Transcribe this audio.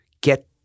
get